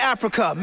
Africa